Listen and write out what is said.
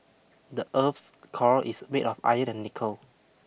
the earth's core is made of iron and nickel